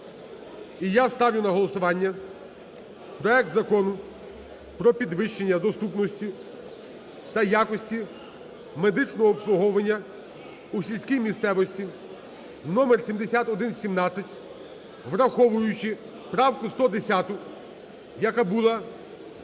І я ставлю на голосування проект Закону про підвищення доступності та якості медичного обслуговування у сільській місцевості (№7117), враховуючи правку 110, яка була